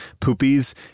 Poopies